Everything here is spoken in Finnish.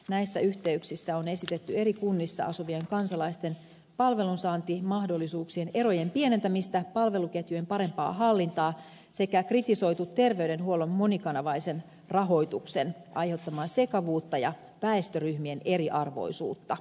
näissä yhteyksissä on esitetty eri kunnissa asuvien kansalaisten palvelunsaantimahdollisuuksien erojen pienentämistä palveluketjujen parempaa hallintaa sekä kritisoitu terveydenhuollon monikanavaisen rahoituksen aiheuttamaa sekavuutta ja väestöryhmien eriarvoisuutta